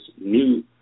new